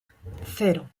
cero